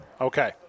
Okay